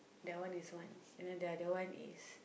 that one is one and then the other one is